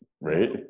right